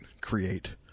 create